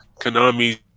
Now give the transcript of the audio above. Konami